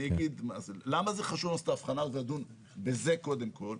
אני אגיד למה חשוב לנו לעשות את ההבחנה הזאת ולדון בזה קודם כל?